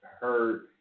hurt